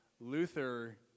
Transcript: Luther